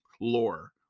lore